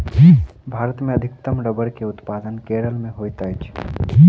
भारत मे अधिकतम रबड़ के उत्पादन केरल मे होइत अछि